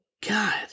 God